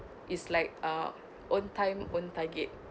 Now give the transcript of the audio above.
it's like uh own time own target